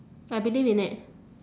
I believe in it